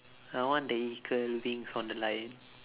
I want the eagle wings on the lion